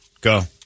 Go